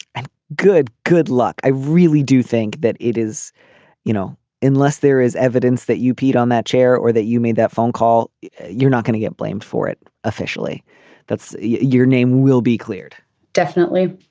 and good. good luck. i really do think that it is you know unless there is evidence that you peed on that chair or that you made that phone call you're not going to get blamed for it. officially that's your name will be cleared definitely.